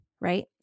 right